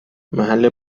محل